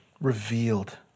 revealed